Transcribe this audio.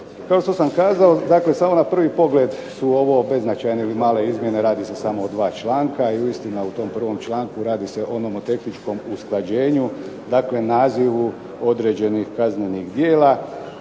Kao što sam kazao dakle samo na prvi pogled su ovo beznačajne i male izmjene, radi se samo o 2 članka i uistinu u tom prvom članku radi se o nomotehničkom usklađenju dakle nazivu određenih kaznenih djela,